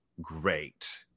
great